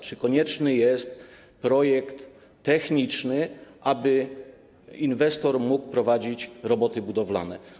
Czy konieczny jest projekt techniczny, aby inwestor mógł prowadzić roboty budowalne?